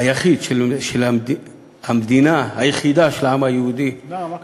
היחיד של המדינה היחידה של העם היהודי למה?